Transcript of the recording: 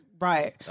Right